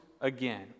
again